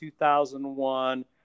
2001